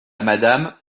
madame